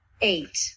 Eight